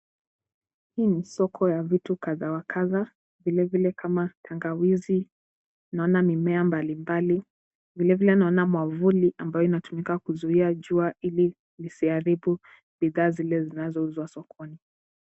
Hii ni soko ya vitu kadha wa kadha, vilevile kama tangawizi, naona mimea mbalimbali, vilevile naona mwavuli ambao unatumika kuzuia jua ili isiharibu bidhaa zile zinazouzwa sokoni.